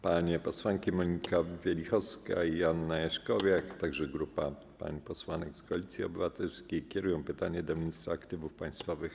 Panie posłanki Monika Wielichowska i Joanna Jaśkowiak, a także grupa pań posłanek z Koalicji Obywatelskiej kierują pytanie do ministra aktywów państwowych.